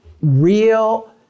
real